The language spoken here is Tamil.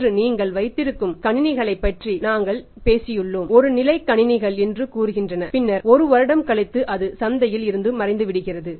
இன்று நீங்கள் வைத்திருக்கும் கணினிகளைப் பற்றி நாங்கள் பேசியுள்ளோம் ஒரு நிலை கணினிகள் என்று கூறுகின்றன பின்னர் ஒரு வருடம் கழித்து அது சந்தையில் இருந்து மறைந்துவிடுகிறது